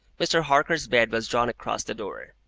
mr. harker's bed was drawn across the door.